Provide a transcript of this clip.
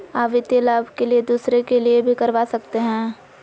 आ वित्तीय लाभ के लिए दूसरे के लिए भी करवा सकते हैं?